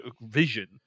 vision